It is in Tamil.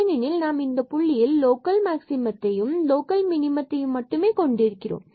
ஏனெனில் நாம் இந்த புள்ளியில் லோக்கல் மாக்சிமத்தையும் லோக்கல் மினிமத்தையும் மட்டுமே கொண்டிருக்கிறோம்